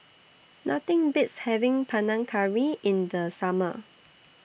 Nothing Beats having Panang Curry in The Summer